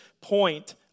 point